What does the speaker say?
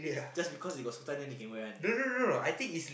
just because they got Sultan then they can wear one